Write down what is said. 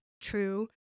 true